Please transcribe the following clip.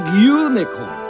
Unicorn